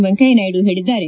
ವೆಂಕಯ್ಯನಾಯ್ದು ಹೇಳಿದ್ದಾರೆ